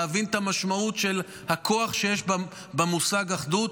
להבין את המשמעות של הכוח שיש במושג אחדות,